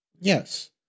Yes